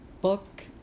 book